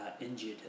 injured